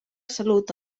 salut